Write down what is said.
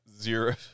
zero